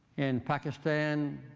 in pakistan,